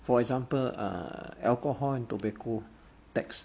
for example err alcohol and tobacco tax